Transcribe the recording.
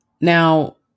Now